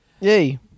yay